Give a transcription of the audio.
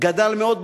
גדל מאוד.